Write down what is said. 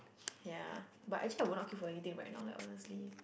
ya but actually I would not queue for anything right now like honestly